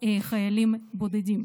ולא חיילים בודדים.